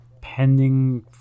pending